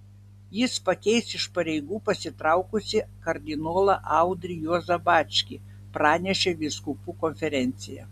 jis pakeis iš pareigų pasitraukusį kardinolą audrį juozą bačkį pranešė vyskupų konferencija